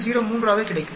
03 ஆக கிடைக்கும்